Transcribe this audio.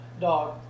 Dog